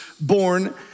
born